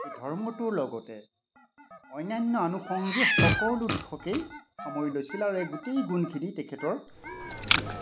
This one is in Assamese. এই ধৰ্মটোৰ লগতে অন্যান্য আনুসংগিক সকলো দিশকেই সামৰি লৈছিল আৰু এই গোটেই গুণখিনি তেখেতৰ আছিল